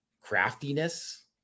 craftiness